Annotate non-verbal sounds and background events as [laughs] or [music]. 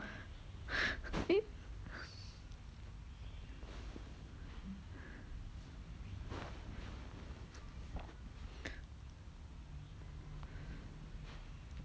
[laughs]